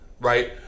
right